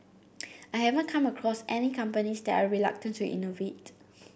I haven't come across any companies that are reluctant to innovate